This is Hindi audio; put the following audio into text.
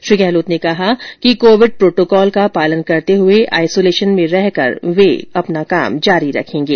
श्री गहलोत ने कहा कि कोविड प्रोटोकॉल का पालन करते हुए आईसोलेशन में रहकर काम जारी रखेंगे